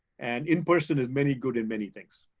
and in-person is many good at many things.